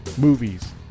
movies